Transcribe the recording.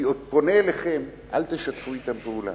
אני פונה אליכם, אל תשתפו אתם פעולה.